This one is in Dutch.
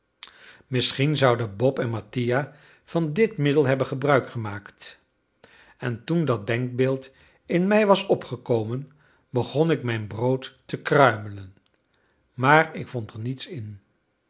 misschien zouden bob en mattia van dit middel hebben gebruik gemaakt en toen dat denkbeeld in mij was opgekomen begon ik mijn brood te kruimelen maar ik vond er niets in